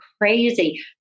crazy